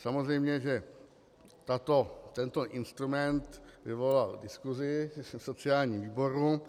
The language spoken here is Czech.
Samozřejmě že tento instrument vyvolal diskusi na sociálním výboru.